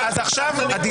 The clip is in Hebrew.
תענה.